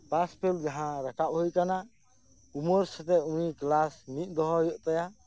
ᱯᱟᱥ fail ᱡᱟᱦᱟᱸ ᱨᱟᱠᱟᱵ ᱦᱳᱭ ᱠᱟᱱᱟ ᱩᱢᱮᱨ ᱥᱟᱶᱛᱮ ᱩᱱᱤ ᱠᱞᱟᱥ ᱢᱤᱫ ᱫᱚᱦᱚ ᱦᱳᱭᱳᱜ ᱛᱟᱭᱟ